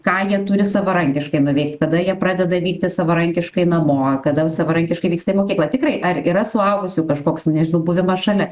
ką jie turi savarankiškai nuveikt kada jie pradeda vykti savarankiškai namo kada savarankiškai vyksta į mokyklą tikrai ar yra suaugusių kažkoks nežinau buvimas šalia